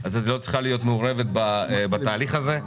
ובמקרה כזה היא לא צריכה להיות מעורבת בתהליך הזה.